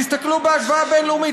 תסתכלו בהשוואה בין-לאומית.